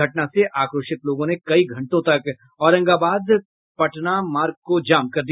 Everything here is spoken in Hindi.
घटना से आक्रोशित लोगों ने कई घंटों तक औरंगाबाद पटना मार्ग को जाम कर दिया